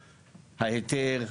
ההיתר,